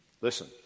Listen